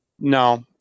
No